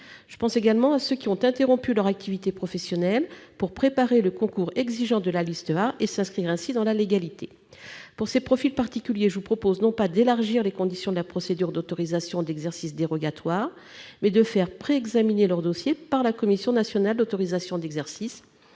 Je pense également à ceux qui ont interrompu leur activité professionnelle pour préparer le concours exigeant de la liste A et s'inscrire ainsi dans la légalité. Pour ces profils particuliers, je propose non pas d'élargir les conditions de la procédure d'autorisation d'exercice dérogatoire, mais de faire préexaminer leur dossier par la commission nationale d'autorisation d'exercice,